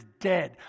dead